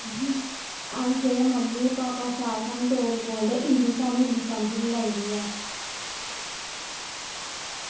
अस जेह्ड़े mummy papa सारे साह्नू डोगरी बोलदे हिन्द साह्नू इन्नी समझ नी लगदी ऐ